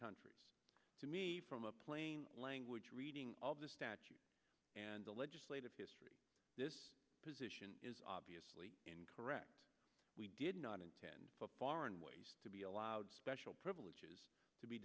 countries to me from a plain language reading of the statute and the legislative history this position is obviously incorrect we did not intend for foreign ways to be allowed special privileges to be